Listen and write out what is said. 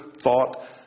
thought